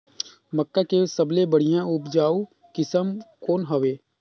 मक्का के सबले बढ़िया उपजाऊ किसम कौन हवय?